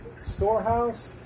storehouse